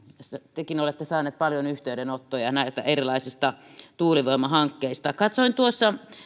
tekin olette saanut paljon yhteydenottoja näistä erilaisista tuulivoimahankkeista katsoin että